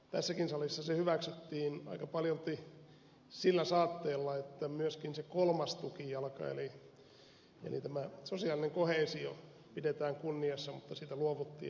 tässäkin salissa se hyväksyttiin aika paljolti sillä saatteella että myöskin se kolmas tukijalka eli tämä sosiaalinen koheesio pidetään kunniassa mutta siitä luovuttiin aika äkkiä